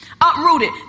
uprooted